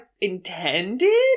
intended